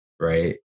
right